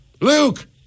Luke